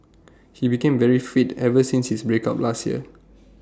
he became very fit ever since his break up last year